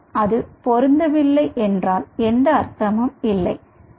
அது பொருந்தவில்லை என்றால் எந்த அர்த்தமும் புரியாது